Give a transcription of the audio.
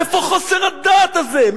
מאיפה חוסר הדעת הזה?